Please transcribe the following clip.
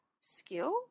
Skill